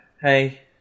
hey